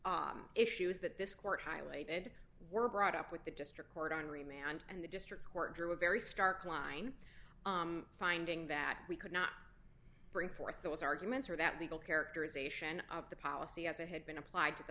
process issues that this court highlighted were brought up with the district court on re man and the district court drew a very stark line finding that we could not bring forth those arguments or that legal characterization of the policy as it had been applied to the